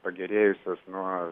pagerėjusios nuo